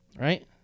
right